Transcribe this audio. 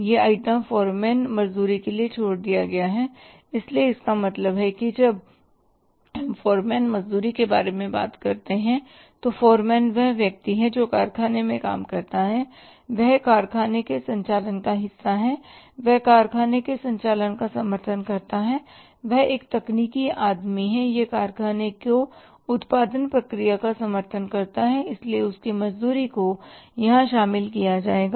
यह item foreman मजदूरी के लिए छोड़ दिया गया है इसलिए इसका मतलब है कि जब हम फोरमैन मजदूरी के बारे में बात करते हैं तो फोरमैन वह व्यक्ति है जो कारखाने में काम करता है वह कारखाने के संचालन का हिस्सा है वह कारखाने के संचालन का समर्थन करता है और वह एक तकनीकी आदमी है वह कारखाने को उत्पादन प्रक्रिया का समर्थन करता है इसलिए उसकी मजदूरी को यहां शामिल किया जाएगा